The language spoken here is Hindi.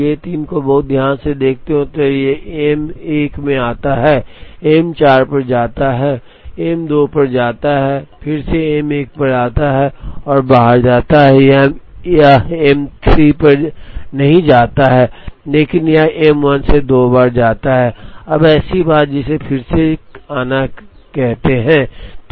यदि आप J 3 को बहुत ध्यान से देखते हैं तो यह M 1 में आता है M 4 पर जाता है M 2 पर जाता है फिर से M 1 पर जाता है और बाहर जाता है यह M 3 पर नहीं जाता है लेकिन यह M 1 से दो बार आता है अब ऐसी बात है जिसे फिर से आना कहते हैं